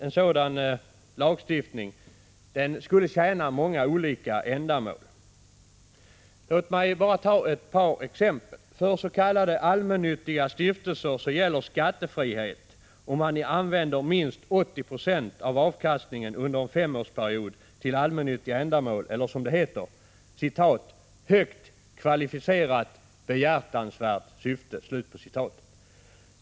En sådan lagstiftning skulle tjäna många olika ändamål. Låt mig bara anföra ett par exempel. allmännyttiga stiftelser gäller skattefrihet om man använder minst 80 7 av avkastningen under en femårsperiod till allmännyttiga ändamål eller, som det heter, ”högt kvalificerat behjärtansvärt syfte”.